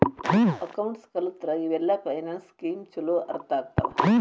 accounts ಕಲತ್ರ ಇವೆಲ್ಲ finance scheme ಚೊಲೋ ಅರ್ಥ ಆಗ್ತವಾ